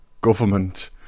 government